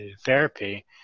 therapy